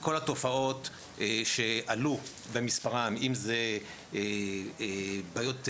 כל התופעות שעלו במספרן, אם זה בעיות נפשיות,